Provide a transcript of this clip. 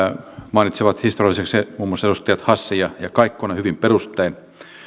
mainitsivat historialliseksi muun muassa edustajat hassi ja ja kaikkonen hyvin perustein